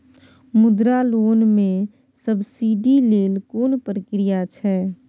मुद्रा लोन म सब्सिडी लेल कोन प्रक्रिया छै?